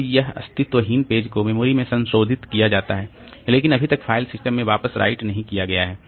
तो यह अस्तित्वहीन पेज को मेमोरी में संशोधित किया जाता है लेकिन अभी तक फाइल सिस्टम में वापस राइट नहीं किया गया है